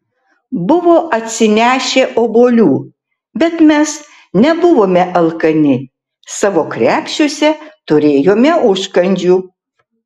buvo atsinešę obuolių bet mes nebuvome alkani savo krepšiuose turėjome užkandžių